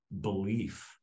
belief